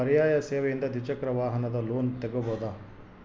ಪರ್ಯಾಯ ಸೇವೆಯಿಂದ ದ್ವಿಚಕ್ರ ವಾಹನದ ಲೋನ್ ತಗೋಬಹುದಾ?